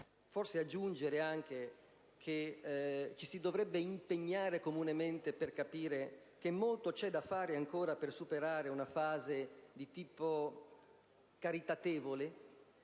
forse aggiungere che ci si dovrebbe impegnare comunemente per capire che molto c'è da fare ancora per superare una fase di tipo caritatevole,